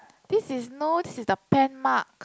this is no this is the pen mark